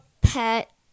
pet